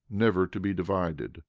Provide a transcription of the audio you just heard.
never to be divided